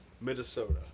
Minnesota